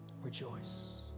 rejoice